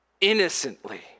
innocently